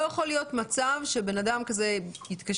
לא יכול להיות מצב שבן אדם כזה יתקשר,